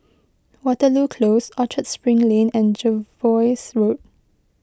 Waterloo Close Orchard Spring Lane and Jervois Road